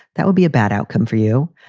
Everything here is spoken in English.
that would be a bad outcome for you.